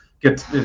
get